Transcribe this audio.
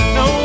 no